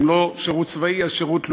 ואם לא שירות צבאי אז שירות לאומי,